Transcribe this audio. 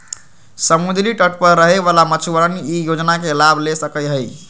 समुद्री तट पर रहे वाला मछुअरवन ई योजना के लाभ ले सका हई